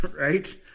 Right